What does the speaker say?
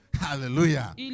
Hallelujah